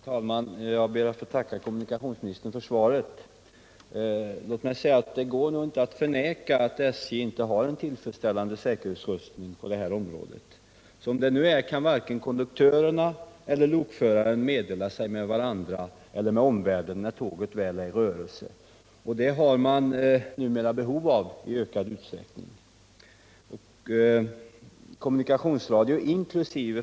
Herr talman! Jag ber att få tacka kommunikationsministern för svaret. Det går nog inte att förneka att SJ inte har en tillfredsställande säkerhetsutrustning på detta område. Som det nu är kan konduktörerna och lokföraren inte meddela sig med varandra eller med omvärlden när tåget väl är i rörelse, och det har man numera behov av i ökad utsträckning. Kommunikationsradio inkl.